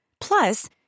Plus